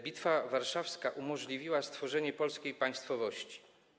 Bitwa warszawska umożliwiła stworzenie polskiej państwowości.